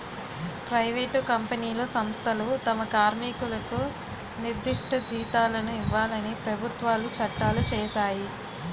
private కంపెనీలు సంస్థలు తమ కార్మికులకు నిర్దిష్ట జీతాలను ఇవ్వాలని ప్రభుత్వాలు చట్టాలు చేశాయి